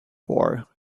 poor